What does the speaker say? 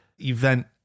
event